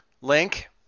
Link